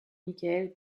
michael